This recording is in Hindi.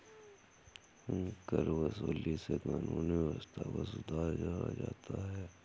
करवसूली से कानूनी व्यवस्था को सुधारा जाता है